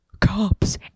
cops